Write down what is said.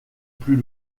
plus